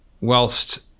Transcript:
whilst